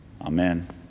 Amen